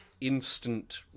instant